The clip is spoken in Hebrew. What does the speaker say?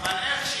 אבל איך?